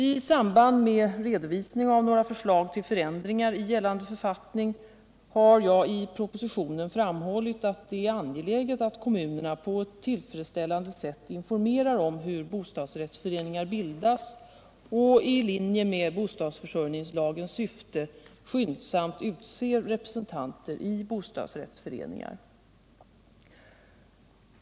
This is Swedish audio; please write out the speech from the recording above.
I samband med redovisning av några förslag till förändringar i gällande författning har jag i propositionen framhållit att det är angeläget att kommunerna på ett tillfredsställande sätt informerar om hur bostadsrättsföreningar bildas och, i linje med bostadsförsörjningslagens syfte, skyndsamt utser representanter i bostadsrättsföreningar.